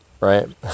right